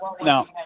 No